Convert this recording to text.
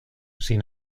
sin